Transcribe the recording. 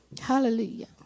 Hallelujah